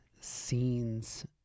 scenes